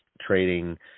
trading